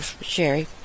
Sherry